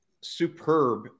superb